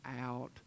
out